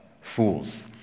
fools